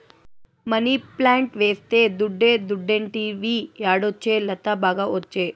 money plant వేస్తే దుడ్డే దుడ్డంటివి యాడొచ్చే లత, బాగా ఒచ్చే